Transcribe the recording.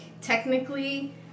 technically